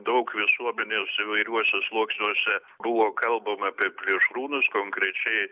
daug visuomenės įvairiuose sluoksniuose buvo kalbama apie plėšrūnus konkrečiai